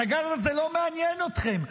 הנגד הזה לא מעניין אתכם.